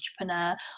entrepreneur